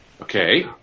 Okay